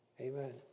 Amen